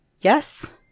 Yes